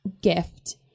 gift